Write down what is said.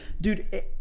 Dude